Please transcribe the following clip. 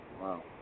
Wow